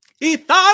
Ethan